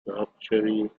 structurally